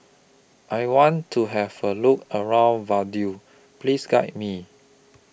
I want to Have A Look around Vaduz Please Guide Me